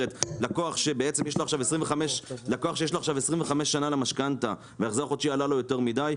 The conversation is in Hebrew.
לקוח שיש לו עכשיו 25 שנה למשכנתא וההחזר החודשי עלה לו יותר מידי,